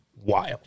wild